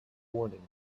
warnings